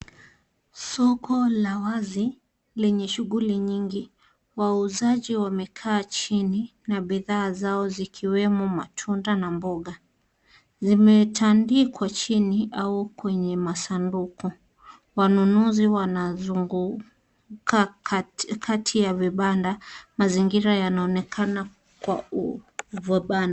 Soko la wazi lenye shughuli nyingi. Wauzaji wamekaa chini na bidhaa zao zikiwemo matunda na mboga. Zimetandikwa chini au kwenye masanduku. Wanunuzi wanazunguka Kati kati ya vibanda. Mazingira yanaonekana vibanda.